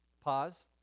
pause